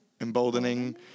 emboldening